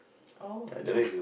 oh okay